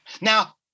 Now